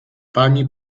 pani